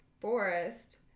forest